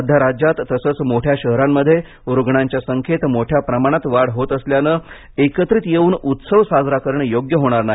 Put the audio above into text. सध्या राज्यात तसेच मोठ्या शहरांमध्ये रुग्णांच्या संख्येत मोठ्या प्रमाणात वाढ होत असल्याने एकत्रित येऊन उत्सव साजरा करणे योग्य होणार नाही